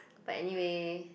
but anyway